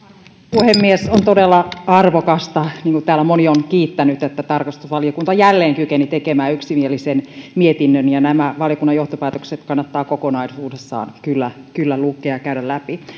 puhemies on todella arvokasta niin kuin täällä moni on kiittänyt että tarkastusvaliokunta jälleen kykeni tekemään yksimielisen mietinnön ja nämä valiokunnan johtopäätökset kannattaa kokonaisuudessaan kyllä kyllä lukea ja käydä läpi